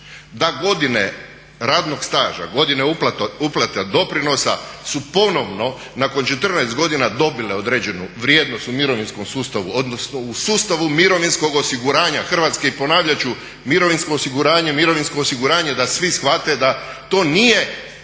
Da godine radnog staža, godine uplata doprinosa su ponovno nakon 14 godina dobile određenu vrijednost u mirovinskom sustavu, odnosno u sustavu mirovinskog osiguranja Hrvatske i ponavljati ću, mirovinsko osiguranje, mirovinsko osiguranje, da svi shvate da to nije socijalno